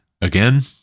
again